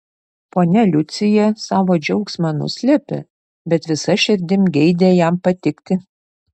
ponia liucija savo džiaugsmą nuslėpė bet visa širdim geidė jam patikti